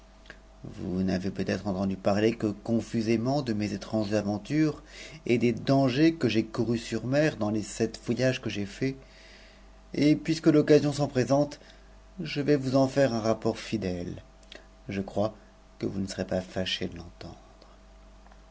vous n'avez peutrêtre entendu parler que confusément de mes étranges aventures et des dangers que j'ai courus sur mer dans les sept voyages qm j'ai faits et puisque l'occasion s'en présente je vais vous en faire un rapport fidèle je crois que vous ne serez pas fâchés de l'entendre